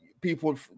people